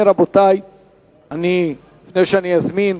לפני כן, רבותי, לפני שאני אזמין,